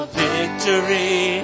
victory